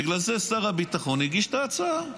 בגלל זה שר הביטחון הגיש את ההצעה.